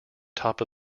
top